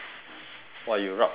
!wah! you rabs kebabs